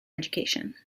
education